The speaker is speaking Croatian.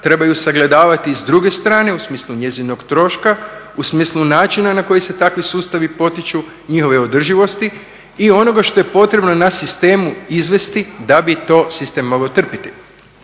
Treba ju sagledavati i s druge strane, u smislu njezinog troška, u smislu načina na koji se takvi sustavi potiču, njihove održivosti i onoga što je potrebno na sistemu izvesti da bi to sistem mogao trpiti.